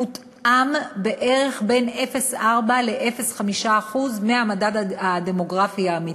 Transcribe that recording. הותאם בערך בין 0.4% ל-0.5% מהמדד הדמוגרפי האמיתי.